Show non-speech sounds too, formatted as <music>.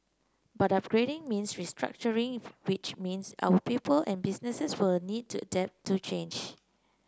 but upgrading means restructuring <unintelligible> which means our people and businesses will need to adapt to change